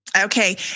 Okay